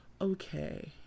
okay